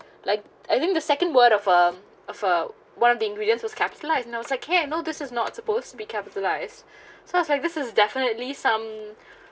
like I think the second word of a of a one of the ingredients was capitalised I was like kay you know this is not supposed to be capitalised so it was like this is definitely some